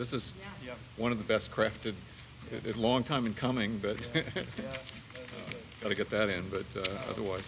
this is one of the best crafted it a long time in coming but you gotta get that in but otherwise